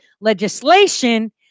legislation